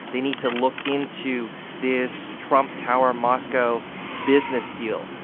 they need to look into this trump tower moscow business deal.